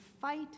fight